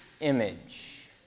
image